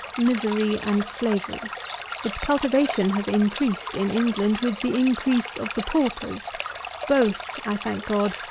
misery, and slavery its cultivation has increased in england with the increase of the paupers both, i thank god,